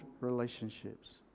relationships